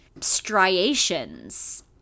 striations